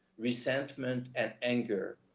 resentment, and anger,